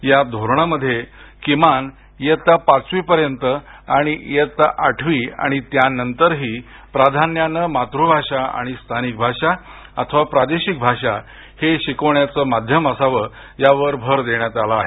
या धोरणामध्ये किमान इयत्ता पाचवी पर्यंत आणि आठवी आणि त्यानंतरही प्राधान्याने मातूभाषा स्थानिक भाषा अथवा प्रादेशिक भाषा हे शिकवण्याचे माध्यम असावं यावर भर देण्यात आला आहे